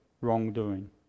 wrongdoing